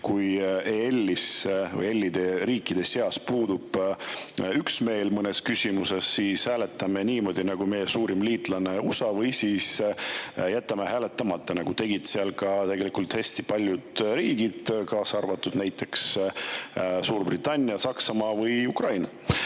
kui EL‑is või EL‑i riikide seas puudub mõnes küsimuses üksmeel, siis me hääletame niimoodi, nagu meie suurim liitlane USA, või jätame hääletamata, nagu tegid seal tegelikult hästi paljud riigid, kaasa arvatud näiteks Suurbritannia, Saksamaa ja Ukraina.